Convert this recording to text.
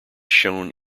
shown